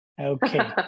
Okay